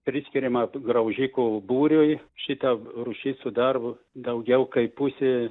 priskiriama graužikų būriui šita rūšis sudaro daugiau kaip pusė